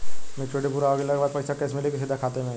Maturity पूरा हो गइला के बाद पईसा कैश मिली की सीधे खाता में आई?